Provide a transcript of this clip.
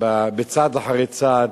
צעד אחרי צעד